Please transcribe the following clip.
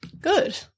Good